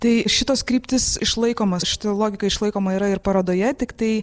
tai šitos kryptys išlaikomos šita logika išlaikoma yra ir parodoje tiktai